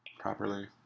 Properly